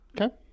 Okay